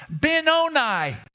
Benoni